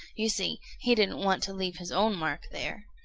you see, he didn't want to leave his own mark there.